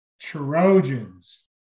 Trojans